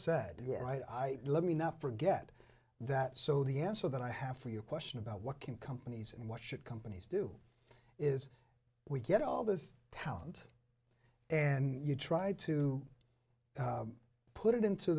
here i love me enough for get that so the answer that i have for your question about what can companies and what should companies do is we get all this talent and you try to put it into